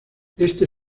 este